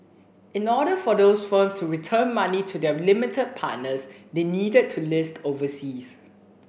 in order for those firms to return money to their limited partners they needed to list overseas